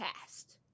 cast